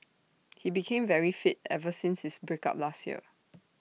he became very fit ever since his break up last year